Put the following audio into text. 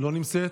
לא נמצאת?